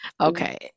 Okay